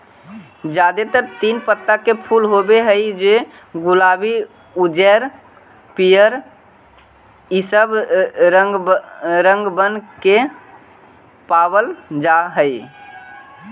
जादेतर तीन पत्ता के फूल होब हई जे गुलाबी उज्जर पीअर ईसब रंगबन में पाबल जा हई